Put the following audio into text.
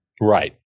Right